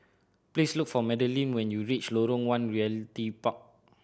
please look for Madeline when you reach Lorong One Realty Park